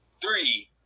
three